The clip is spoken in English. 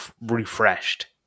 refreshed